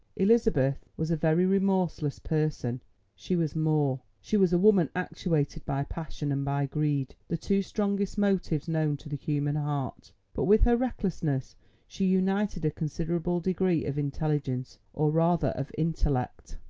elizabeth was a very remorseless person she was more she was a woman actuated by passion and by greed the two strongest motives known to the human heart. but with her recklessness she united a considerable degree of intelligence, or rather of intellect.